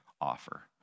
offer